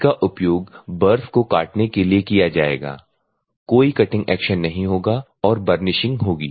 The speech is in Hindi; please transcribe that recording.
इसका उपयोग बर्स को काटने के लिए किया जाएगा कोई कटिंग एक्शन नहीं होगा और बर्निशिंग होगी